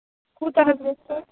کوٗتاہ حظ ووت تۄہہِ